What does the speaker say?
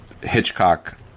Hitchcock